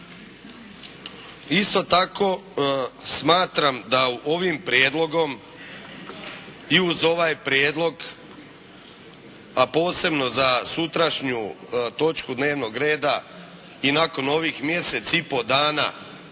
Isto tako smatram da ovim prijedlogom i uz ovaj prijedlog, a posebno za sutrašnju točku dnevnog reda i nakon ovih mjesec i pol dana